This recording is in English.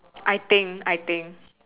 I think I think